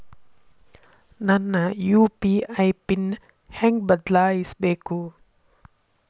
ನನ್ನ UPI PIN ಹೆಂಗ್ ಬದ್ಲಾಯಿಸ್ಬೇಕು?